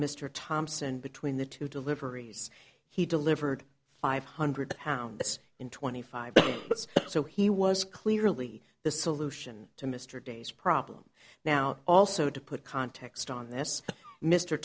mr thompson between the two deliveries he delivered five hundred pounds in twenty five that's so he was clearly the solution to mr day's problem now also to put context on this mr